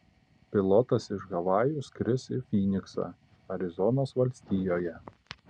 pilotas iš havajų skris į fyniksą arizonos valstijoje